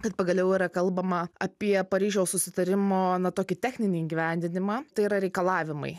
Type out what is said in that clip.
kad pagaliau yra kalbama apie paryžiaus susitarimo na tokį techninį įgyvendinimą tai yra reikalavimai